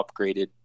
upgraded